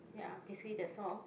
ya basically that's all